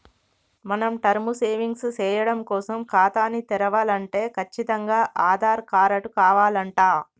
మనం term savings సేయడం కోసం ఖాతాని తెరవలంటే కచ్చితంగా ఆధార్ కారటు కావాలంట